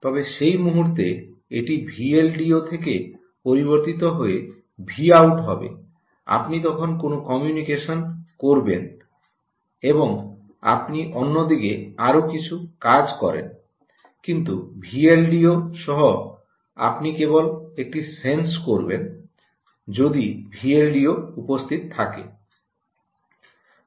তবে যেই মুহুর্তে এটি ভিএলডিও থেকে পরিবর্তিত হয়ে ভিআউট হবে আপনি তখন কোনও কমিউনিকেশন করবেন এবং আপনি অন্যদিকে আরও কিছু কাজ করেন কিন্তু ভিএলডিও সহ আপনি কেবল একটি সেন্স করবেন যদি ভিএলডিও উপস্থিত থাকে